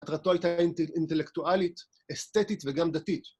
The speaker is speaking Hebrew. מטרתו הייתה אינטלקטואלית, אסתטית וגם דתית.